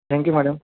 thank you madam